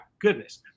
goodness